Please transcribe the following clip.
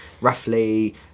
roughly